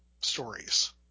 stories